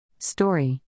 Story